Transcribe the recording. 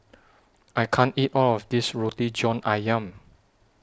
I can't eat All of This Roti John Ayam